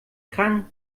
krank